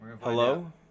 Hello